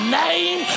name